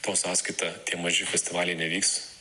to sąskaita tie maži festivaliai nevyks